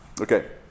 Okay